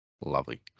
Lovely